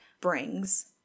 brings